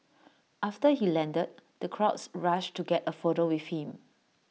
after he landed the crowds rushed to get A photo with him